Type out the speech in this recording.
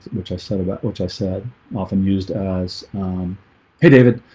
which i said about which i said often used as hey david,